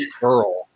girl